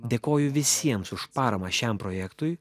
dėkoju visiems už paramą šiam projektui